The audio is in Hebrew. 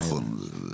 התקבלו.